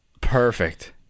perfect